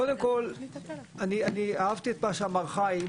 קודם כל אני אהבתי את מה שאמר חיים,